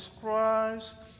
Christ